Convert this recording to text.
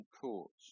courts